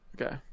Okay